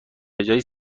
بجای